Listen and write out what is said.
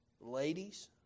Ladies